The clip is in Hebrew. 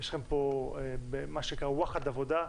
יש לכם פה מה שנקרא וואחד עבודה.